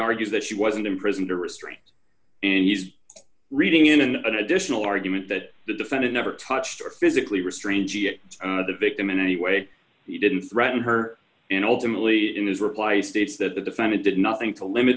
argues that she wasn't imprisoned or restraint and he's reading in an additional argument that the defendant never touched or physically restrained out of the victim in any way he didn't threaten her and ultimately in his reply states that the defendant did nothing to limit